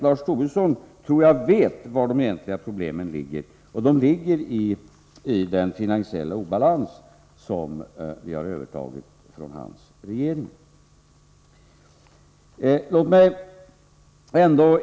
Jag tror att Lars Tobisson vet var de egentliga problemen ligger. De ligger i den finansiella obalans som vi så att säga fått överta från hans regering.